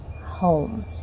home